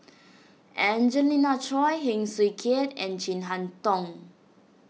Angelina Choy Heng Swee Keat and Chin Harn Tong